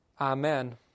Amen